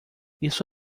isso